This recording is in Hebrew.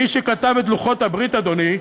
מי שכתב את לוחות הברית, אדוני,